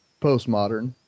postmodern